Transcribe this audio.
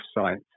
site